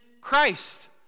Christ